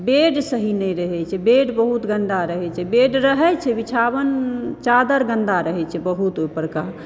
bed सही नहि रहै छै बेड बहुत गन्दा रहै छै बेड रहै छै बिछावन चादर गन्दा रहै छै बहुत ओहि परके